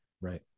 Right